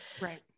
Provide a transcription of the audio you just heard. right